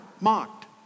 mocked